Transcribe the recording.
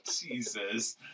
jesus